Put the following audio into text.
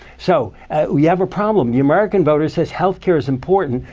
so we have a problem. the american voter says health care is important,